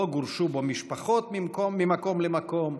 לא גורשו בו משפחות ממקום למקום,